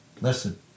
Listen